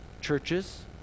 Churches